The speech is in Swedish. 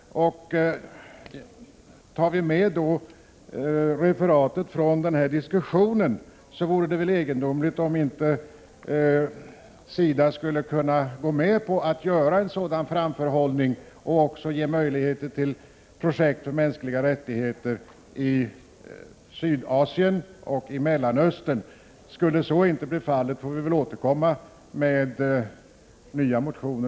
Om man tar med referatet från diskussionen vore det egendomligt om inte SIDA skulle kunna gå med på en sådan framförhållning, utöver att ge möjligheter till projekt för mänskliga rättigheter i Sydasien och Mellanöstern. Skulle så inte bli fallet får vi väl återkomma med nya motioner.